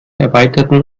erweiterten